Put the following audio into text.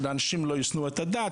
שאנשים לא ישנאו את הדת,